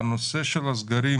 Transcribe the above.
הנושא של הסגרים